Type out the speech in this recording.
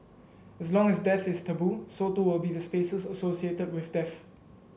as long as death is taboo so too will be the spaces associated with death